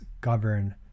govern